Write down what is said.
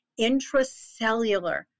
intracellular